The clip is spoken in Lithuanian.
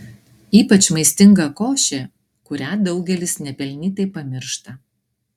ypač maistinga košė kurią daugelis nepelnytai pamiršta